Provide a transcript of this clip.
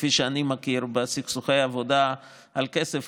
כפי שאני מכיר בסכסוכי עבודה על כסף,